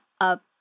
up